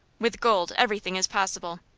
with gold everything is possible.